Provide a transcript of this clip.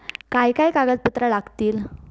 काय काय कागदपत्रा लागतील?